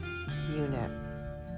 unit